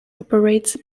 operates